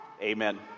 Amen